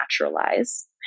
naturalize